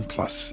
Plus